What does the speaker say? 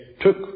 took